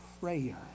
prayer